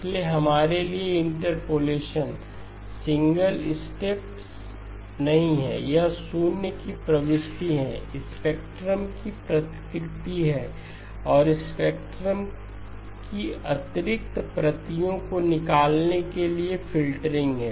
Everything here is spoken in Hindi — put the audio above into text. इसलिए हमारे लिए इंटरपोलेशन सिंगल स्टेप नहीं है यह शून्य की प्रविष्टि है स्पेक्ट्रम की प्रतिकृति है फिर स्पेक्ट्रम की अतिरिक्त प्रतियों को निकालने के लिए फ़िल्टरिंग है